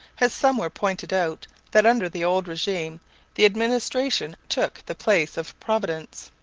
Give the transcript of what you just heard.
has somewhere pointed out that under the old regime the administration took the place of providence.